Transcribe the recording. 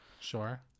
Sure